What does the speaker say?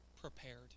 prepared